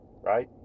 Right